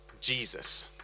Jesus